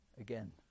again